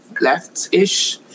left-ish